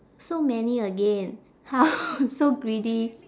so many again how so greedy